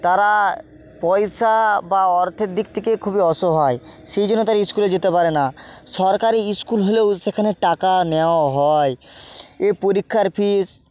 তারা পয়সা বা অর্থের দিক থেকে খুবই অসহায় সেই জন্য তারা স্কুলে যেতে পারে না সরকারি স্কুল হলেও সেখানে টাকা নেওয়াও হয় এ পরীক্ষার ফিস